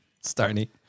Stony